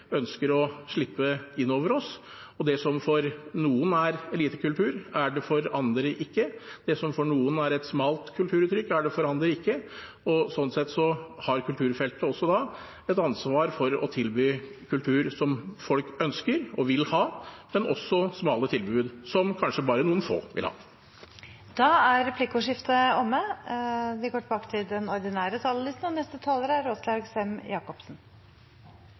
ønsker å slippe innover oss, og det som for noen er elitekultur, er det for andre ikke. Det som for noen er et smalt kulturuttrykk, er det for andre ikke, og sånn sett har kulturfeltet et ansvar for å tilby kultur som folk ønsker og vil ha, også smale tilbud som kanskje bare noen få vil ha. Replikkordskiftet er omme. Kulturen er utrolig viktig for samfunnet vårt. Kunsten, kulturinstitusjonene, den lokale, nasjonale og internasjonale kulturutfoldelsen og kulturopplevelsene – alt dette bidrar på ulikt vis til offentlig meningsutveksling, dannelse og